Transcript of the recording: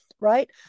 right